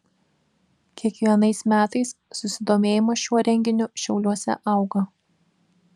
kiekvienais metais susidomėjimas šiuo renginiu šiauliuose auga